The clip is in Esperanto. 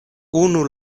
unu